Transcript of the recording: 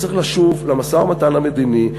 שצריך לשוב למשא-ומתן המדיני,